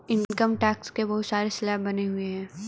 income tax के बहुत सारे स्लैब बने हुए हैं